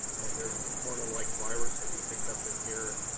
and there's a corona like virus that we picked up in here.